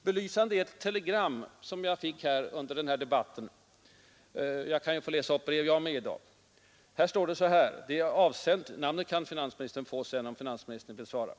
Belysande är ett telegram som jag fått under denna debatt — också jag kan väl få läsa upp brev i dag. Namnet på avsändaren kan finansministern få senare, om finansministern är intresserad.